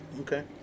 Okay